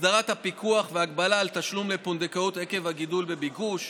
הסדרת הפיקוח והגבלה על תשלום לפונדקאות עקב הגידול בביקוש,